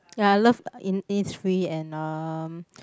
ya I love in~ Innisfree and um